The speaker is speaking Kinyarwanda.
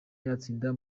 yatsinda